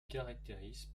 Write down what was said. caractérise